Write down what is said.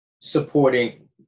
supporting